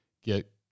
get